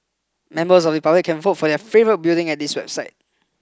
members of the public can vote for their favourite building at this website